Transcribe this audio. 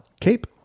Cape